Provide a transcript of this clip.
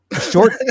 Short